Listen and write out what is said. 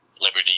Liberty